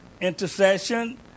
intercession